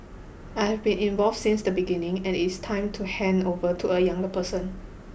I have been involved since the beginning and it is time to hand over to a younger person